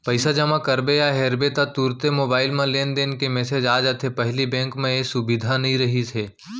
पइसा जमा करबे या हेरबे ता तुरते मोबईल म लेनदेन के मेसेज आ जाथे पहिली बेंक म ए सुबिधा नई रहिस हे